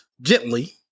gently